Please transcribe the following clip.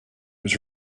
was